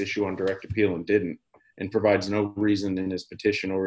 issue one direct appeal and didn't and provides no reason in this petition or